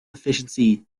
efficiency